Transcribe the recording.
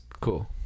Cool